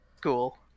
Cool